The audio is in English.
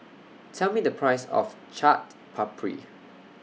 Tell Me The Price of Chaat Papri